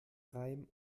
reim